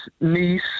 niece